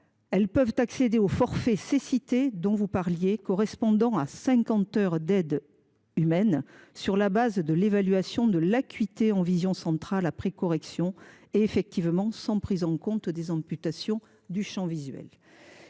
Elles peuvent accéder au forfait cécité dont vous parliez, qui correspond à cinquante heures d’aide humaine sur la base de l’évaluation de l’acuité en vision centrale après correction et sans prise en compte des amputations du champ visuel.